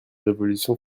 révolution